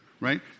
right